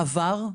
בעבר,